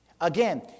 Again